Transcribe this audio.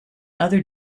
other